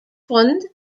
fund